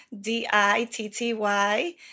D-I-T-T-Y